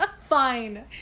Fine